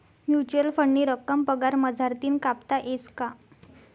Mutual फंडनी रक्कम पगार मझारतीन कापता येस का?